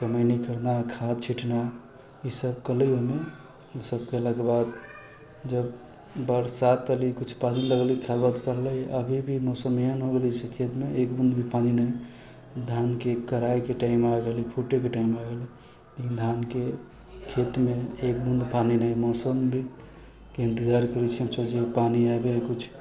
कमैनी करना खाद छिंटना इसभ केलक ओहिमे इसभ केलाके बाद जब बरसात एलै कुछ पानि एलै खाद वाद पड़लै अभी भी मौसम यहाँ एहन छै जे खेतमे एक बूँद भी पानि न छै धानके कड़ाइके फुटैके टाइम आ गेलै लेकिन धानके खेतमे एक बूँद भी पानि न है मौसम भी के इन्तजार करै छियै हम सभ जे पानि आबै कुछ